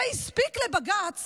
זה הספיק לבג"ץ